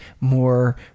more